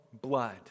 blood